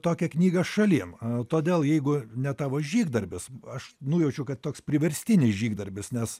tokią knygą šalin todėl jeigu ne tavo žygdarbis aš nujaučiu kad toks priverstinis žygdarbis nes